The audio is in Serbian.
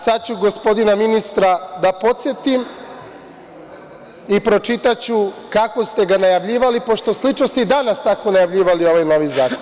Sada ću gospodina ministra da podsetim i pročitaću kako ste ga najavljivali, pošto ste slično i danas tako najavljivali ovaj novi zakon.